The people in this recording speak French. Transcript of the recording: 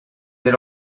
elle